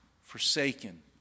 forsaken